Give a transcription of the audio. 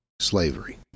slavery